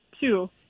two